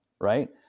Right